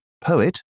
poet